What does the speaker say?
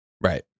Right